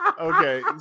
Okay